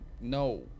No